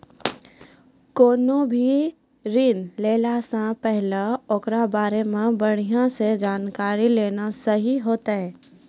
कोनो भी ऋण लै से पहिले ओकरा बारे मे बढ़िया से जानकारी लेना सही होतै